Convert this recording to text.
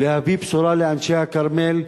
להביא בשורה לאנשי הכרמל,